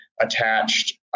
attached